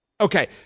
Okay